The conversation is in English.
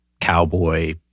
cowboy